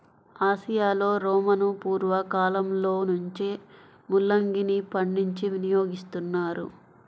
ఆసియాలో రోమను పూర్వ కాలంలో నుంచే ముల్లంగిని పండించి వినియోగిస్తున్నారు